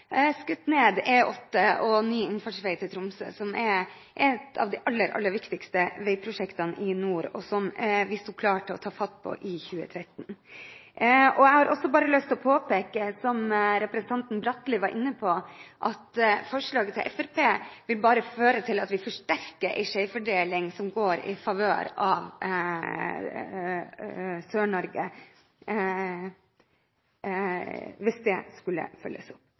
skutt ned E8 og ny innfartsvei til Tromsø, som er et av de aller viktigste veiprosjektene i nord, og som vi sto klar til å ta fatt på i 2013. Jeg har også bare lyst til å påpeke, som representanten Bratli var inne på, at forslaget fra Fremskrittspartiet bare vil føre til at vi forsterker en skjevfordeling som går i favør Sør-Norge, hvis det skulle følges opp.